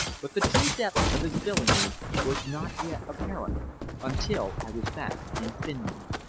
but the true depth of his villainy was not yet apparent until i was back in finland.